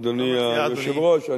אדוני היושב-ראש.